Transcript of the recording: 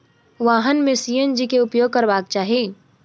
वाहन में सी.एन.जी के उपयोग करबाक चाही